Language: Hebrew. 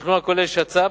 תכנון הכולל שצ"פ,